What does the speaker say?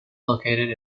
located